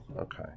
Okay